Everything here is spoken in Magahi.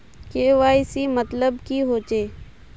के.वाई.सी मतलब की होचए?